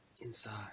inside